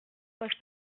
pose